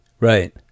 right